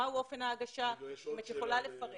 מהו אופן ההגשה, אם את יכולה לפרט.